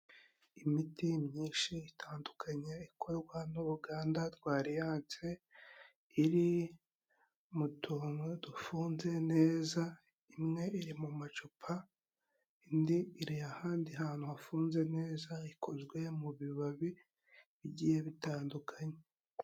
Imiti myinshi itandukanye, ikorwa n'uruganda rwa Ariyanse, iri mu tuntu dufunze neza, imwe iri mu macupa, indi iri ahandi hantu hafunze neza, ikozwe mu bibabi bigiye bitandukanye.